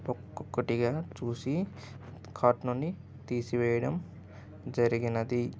ఒక్కొక్కటిగా చూసి కార్ట్ నుండి తీసివేయడం జరిగినది